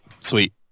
Sweet